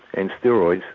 and steroids,